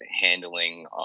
handling